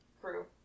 crew